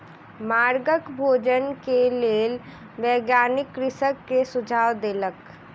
मगरक भोजन के लेल वैज्ञानिक कृषक के सुझाव देलक